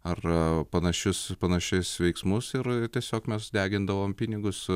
ar panašius panašius veiksmus ir tiesiog mes degindavom pinigus